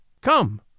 Come